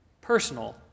personal